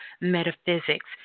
metaphysics